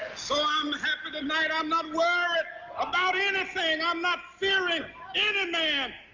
so um happy tonight, i'm not worried about anything, i'm not fearing any man.